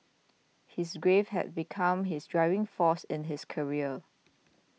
his grief had become his driving force in his career